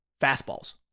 fastballs